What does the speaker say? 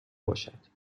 باشد